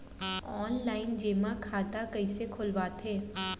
Online जेमा खाता कइसे खोलवाथे?